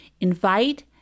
Invite